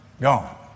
gone